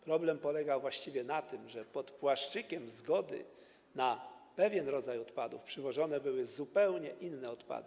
Problem polegał właściwie na tym, że pod płaszczykiem zgody na pewien rodzaj odpadów przywożone były zupełnie inne odpady.